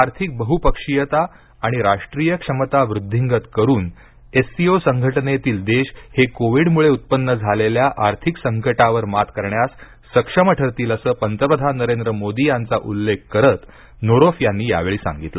आर्थिक बहुपक्षीयता आणि राष्ट्रीय क्षमता वृद्धिंगत करून एससीओ संघटनेतील देश हे कोविड मुळे उत्पन्न झालेल्या आर्थिक संकटावर मात करण्यास सक्षम ठरतील असं पंतप्रधान नरेंद्र मोदी यांचा उल्लेख करत नोरोफ यांनी यावेळी सांगितलं